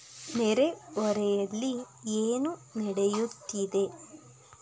ನೆರೆ ಹೊರೆಯಲ್ಲಿ ಏನು ನಡೆಯುತ್ತಿದೆ